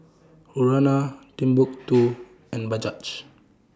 Urana Timbuk two and Bajaj